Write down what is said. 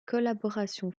collaboration